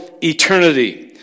eternity